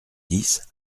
dix